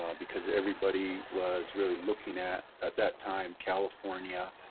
um because, everybody, was really looking at, at that time, california.